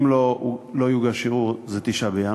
אם לא יוגש ערעור, זה 9 בינואר,